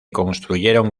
construyeron